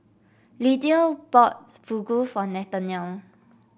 Lydia bought Fugu for Nathanael